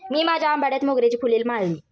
मी माझ्या आंबाड्यात मोगऱ्याची फुले माळली